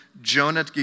Jonah